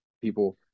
people